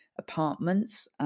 Apartments